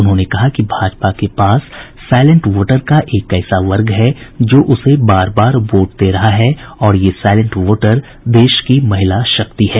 उन्होंने कहा कि भाजपा के पास साइलेंट वोटर का एक ऐसा वर्ग है जो उसे बार बार वोट दे रहा है और ये साइलेंट वोटर देश की महिला शक्ति है